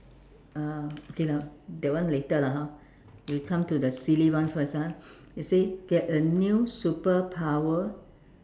ah okay lah that one later lah hor we come to the silly one first ah it say get a new superpower